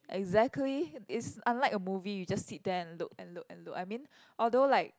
exactly it's unlike a movie you just sit there and look and look and look I mean although like